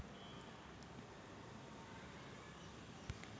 मले दोन हजार परमाने मासिक कर्ज कस भेटन?